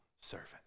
servant